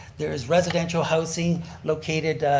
there's residential housing located